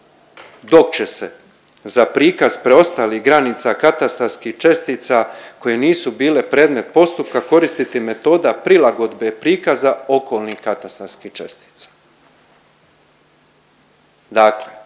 dok će se za prikaz preostalih granica katastarskih čestica koje nisu bile predmet postupka koristiti metoda prilagodbe prikaza okolnih katastarskih čestica.